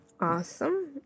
Awesome